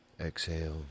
Exhale